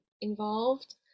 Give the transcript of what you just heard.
involved